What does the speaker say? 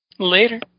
Later